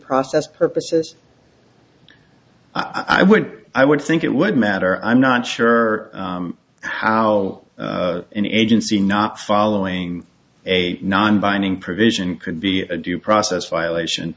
process purposes i would i would think it would matter i'm not sure how any agency not following a nonbinding provision could be a due process violation